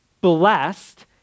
blessed